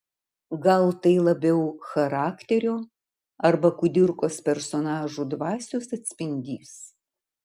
gal tai labiau charakterio arba kudirkos personažų dvasios atspindys